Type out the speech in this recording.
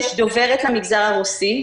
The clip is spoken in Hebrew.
יש דוברת למגזר הרוסי,